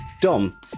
Dom